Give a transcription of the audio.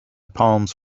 palms